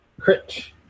Critch